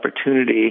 opportunity